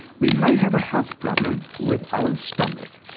we may have health problems with our stomach.